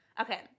Okay